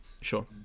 sure